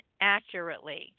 accurately